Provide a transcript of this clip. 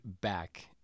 back